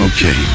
Okay